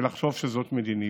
ולחשוב שזאת מדיניות.